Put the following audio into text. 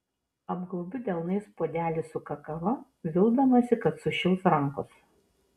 apgaubiu delnais puodelį su kakava vildamasi kad sušils rankos